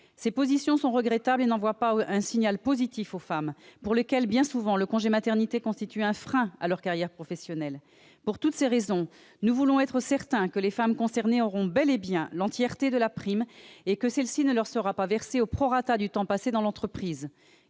Ces décisions sont regrettables et n'envoient pas un signal positif aux femmes, pour lesquelles, bien souvent, le congé de maternité constitue un frein à la carrière professionnelle. Pour toutes ces raisons, nous voulons être certains que les femmes concernées bénéficieront de l'entièreté de la prime et que celle-ci ne leur sera pas versée au prorata du temps passé dans l'entreprise.